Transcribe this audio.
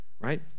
right